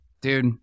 Dude